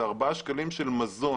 זה ארבעה שקלים של מזון.